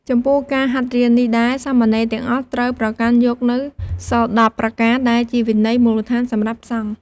ចំពោះការហាត់រៀននេះដែរ សាមណេរទាំងអស់ត្រូវប្រកាន់យកនូវសីល ១០ ប្រការ ដែលជាវិន័យមូលដ្ឋានសម្រាប់សង្ឃ។